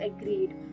agreed